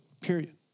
Period